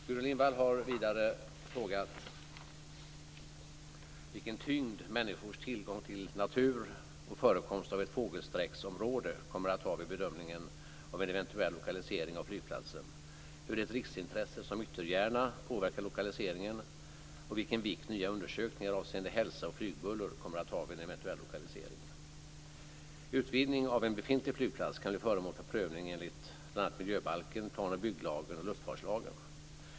Gudrun Lindvall har vidare frågat vilken tyngd människors tillgång till natur och förekomst av ett fågelsträcksområde kommer att ha vid bedömningen av en eventuell lokalisering av flygplatsen, hur ett riksintresse som Ytterjärna påverkar lokaliseringen och vilken vikt nya undersökningar avseende hälsa och flygbuller kommer att ha vid en eventuell lokalisering. Utvidgning av en befintlig flygplats kan bli föremål för prövning enligt bl.a. miljöbalken, plan och bygglagen och luftfartslagen.